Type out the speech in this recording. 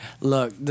Look